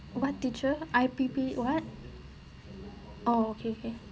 what teacher I_P_P [what] okay okay